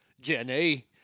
Jenny